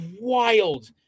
wild